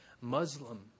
Muslim